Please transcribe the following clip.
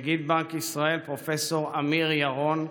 נגיד בנק ישראל פרופ' אמיר ירון,